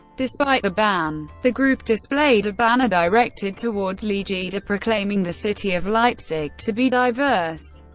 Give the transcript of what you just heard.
despite the ban, the group displayed a banner directed towards legida proclaiming the city of leipzig to be diverse,